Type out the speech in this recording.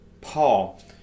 paul